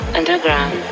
underground